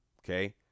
okay